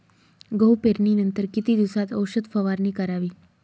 गहू पेरणीनंतर किती दिवसात औषध फवारणी करावी?